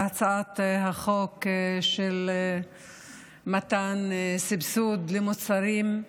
להצעת החוק של מתן סבסוד למוצרים,